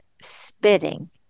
spitting